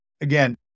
again